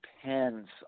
depends